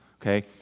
okay